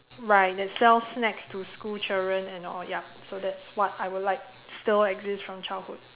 right that sell snacks to school children and all yup so that's what I would like still exist from childhood